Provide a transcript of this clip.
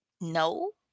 No